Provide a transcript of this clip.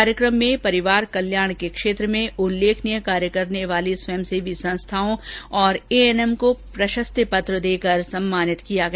कार्यक्रम में परिवार कल्याण के क्षेत्र में उल्लेखनीय कार्य करने वाले एनजीओ सदस्य और एएनएम को प्रशस्ति पत्र देकर पुरस्कृत किया गया